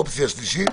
אופציה שלישית,